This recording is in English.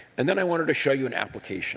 and then i wanted to show you an application